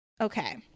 Okay